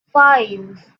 five